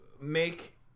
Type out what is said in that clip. make